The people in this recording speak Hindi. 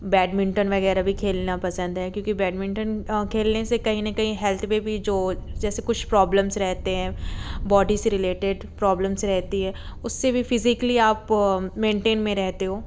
बैडमिंटन वगैरह भी खेलना पसंद है क्योंकि बैडमिंटन खेलने से कहीं न कहीं हेल्थ पर भी जो जैसे कुछ प्रॉब्लेम्स रहते हैं बॉडी से रिलेटेड प्रॉब्लेम्स रहती है उससे भी फिज़ीकली आप मेनटेन में रहते हो